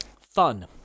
Fun